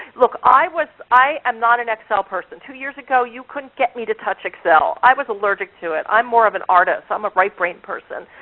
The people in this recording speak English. look, i was um not an excel person, two years ago you couldn't get me to touch excel. i was allergic to it. i'm more of an artist. i'm a right brained person.